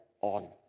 on